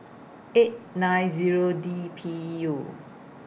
eight nine Zero D P U